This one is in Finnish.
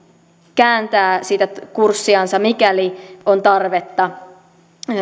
kääntää sitä kurssiansa mikäli on tarvetta